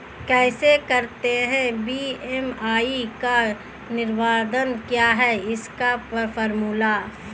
कैसे करते हैं बी.एम.आई का निर्धारण क्या है इसका फॉर्मूला?